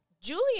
Julie